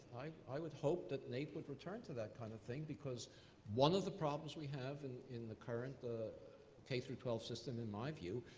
i would hope that naep would return to that kind of thing because one of the problems we have and in the current k through twelve system, in my view,